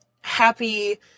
happy